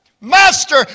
Master